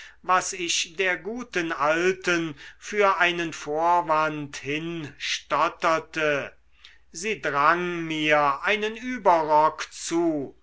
was ich der guten alten für einen vorwand hinstotterte sie drang mir einen überrock zu